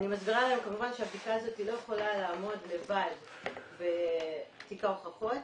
אני מסבירה להן כמובן שהבדיקה הזאת לא יכולה לעמוד לבד בתיק ההוכחות.